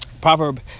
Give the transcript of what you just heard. proverb